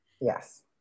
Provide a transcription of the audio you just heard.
Yes